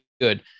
good